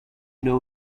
know